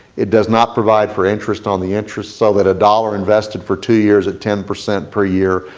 it does not provide for interest on the interest, so that a dollar invested for two years at ten percent per year,